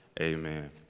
amen